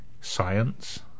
Science